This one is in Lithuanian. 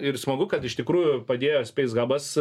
ir smagu kad iš tikrųjų padėjo speis habas